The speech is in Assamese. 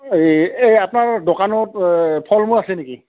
এই এই আপোনাৰ দোকানত ফলমূল আছে নেকি